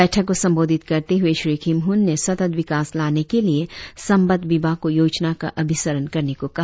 बैठक को संबोधित करते हुए श्री खिमहुन ने सतत विकास लाने के लिए संबंद्ध विभाग को योजना का अभिसरण करने को कहा